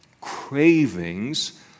cravings